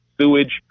sewage